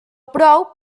prou